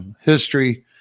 history